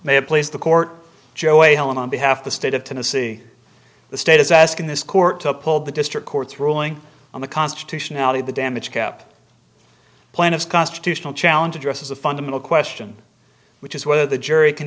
may have placed the court joe whalen on behalf of the state of tennessee the state is asking this court to uphold the district court's ruling on the constitutionality of the damage cap plan of constitutional challenge addresses a fundamental question which is whether the jury can